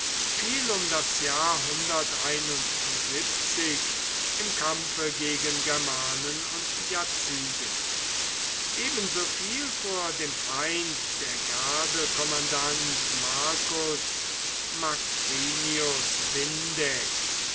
um das jahr im kampfe gegen germanen und jazygen ebenso fiel vor dem feind der gardekommandant marcus macrinius